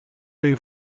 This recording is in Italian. dei